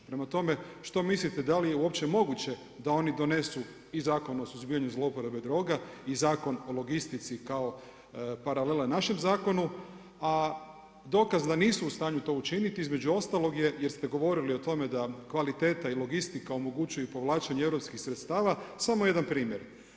Prema tome, što mislite da li je uopće moguće da oni donesu i Zakon o suzbijanju zlouporabe droga i Zakon o logistici kao paralela našem zakonu, a dokaz da nisu u stanju to učiniti između ostalog je, jer ste govorili o tome da kvaliteta i logistika omogućuju i povlačenje europskih sredstava samo jedan primjer.